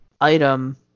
item